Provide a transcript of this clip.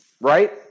right